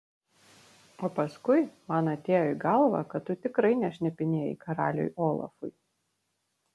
o paskui man atėjo į galvą kad tu tikrai nešnipinėjai karaliui olafui